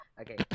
Okay